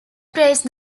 praised